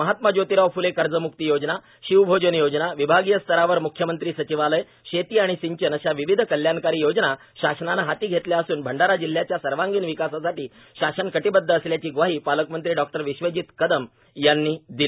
महात्मा जोतिराव फ्ले कर्जम्क्ती योजनाए शिवभोजन योजना विभागीय स्तरावर मुख्यमंत्री सचिवालय शेती व सिंचन अशा विविध कल्याणकारी योजना शासनाने हाती घेतल्या असून भंडारा जिल्ह्यच्या सर्वांगिण विकासासाठी शासन कटिबद्ध असल्याची ग्वाही पालकमंत्री डॉण् विश्वजित कदम यांनी दिली